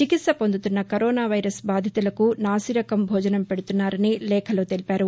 చికిత్స పొందుతున్న కరోనా బాధితులకు నాసిరకం భోజనం పెడుతున్నారని లేఖలో తెలిపారు